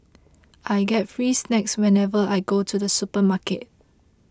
I get free snacks whenever I go to the supermarket